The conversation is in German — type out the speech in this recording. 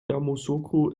yamoussoukro